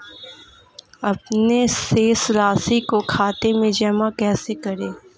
अपने शेष राशि को खाते में जमा कैसे करें?